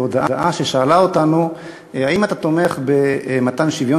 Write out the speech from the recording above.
או הודעה ששאלה אותנו: האם אתה תומך במתן שוויון